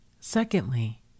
Secondly